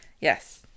Yes